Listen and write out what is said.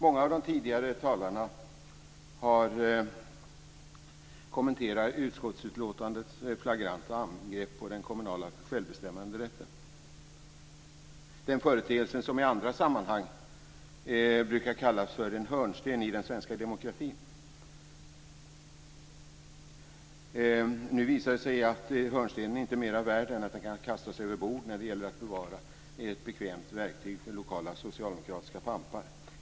Många av de tidigare talarna har kommenterat utskottsbetänkandets flagranta angrepp på den kommunala självbestämmanderätten - den företeelse som i andra sammanhang brukar kallas en hörnsten i den svenska demokratin. Nu visar det sig att den hörnstenen inte är mer värd än att den kan kastas överbord när det gäller att bevara ett bekvämt verktyg för lokala socialdemokratiska pampar.